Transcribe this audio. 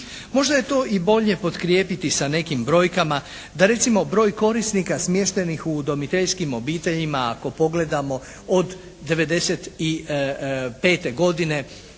Možda je to i bolje potkrijepiti sa nekim brojkama da recimo broj korisnika smještenih u udomiteljskim obiteljima ako pogledamo od '95. godine